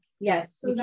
Yes